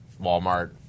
Walmart